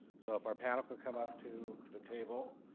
so if our panel could come up to the table.